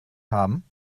haben